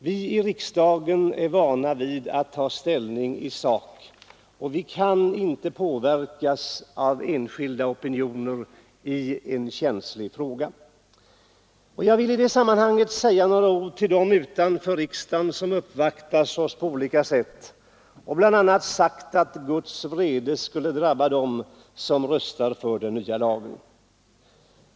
Vi i riksdagen är vana vid att ta ställning i sak, och vi kan inte låta oss påverkas av enskilda opinioner i en känslig fråga. Jag vill i det sammanhanget säga några ord till dem utanför riksdagen som uppvaktat oss på olika sätt och bl.a. sagt att Guds vrede skulle drabba dem som röstar för den nya lagen.